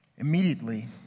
Immediately